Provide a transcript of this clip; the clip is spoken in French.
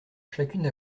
chacune